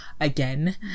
again